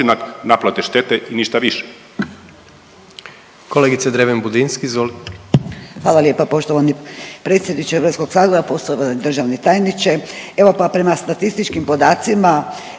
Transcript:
naplate štete i ništa više.